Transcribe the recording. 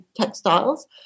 textiles